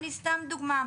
סתם כדוגמא: